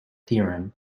theorem